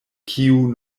kiu